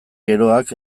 geroak